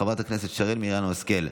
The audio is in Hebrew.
חברת הכנסת שרן מרים השכל,